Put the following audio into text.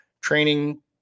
training